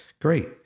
Great